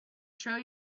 show